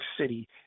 City